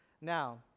now